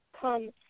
come